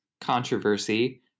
controversy